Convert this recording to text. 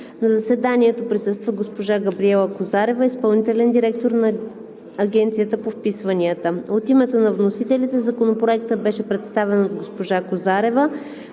На заседанието присъства госпожа Габриела Козарева – изпълнителен директор на Агенцията по вписванията. От името на вносителите Законопроектът беше представен от госпожа Габриела